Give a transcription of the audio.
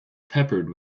peppered